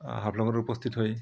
হাফলঙত উপস্থিত হৈ